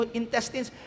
intestines